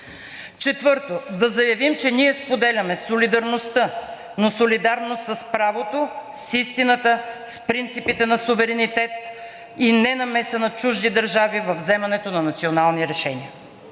Четвърто, да заявим, че ние споделяме солидарността, но солидарност с правото, с истината, с принципите на суверенитет и ненамеса на чужди държави във вземането на национални решения.